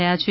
થયા છે